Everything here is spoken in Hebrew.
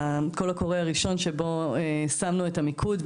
הקול הקורא הראשון שבו שמנו את המיקוד,